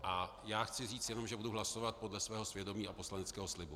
A já chci jenom říci, že budu hlasovat podle svého svědomí a poslaneckého slibu.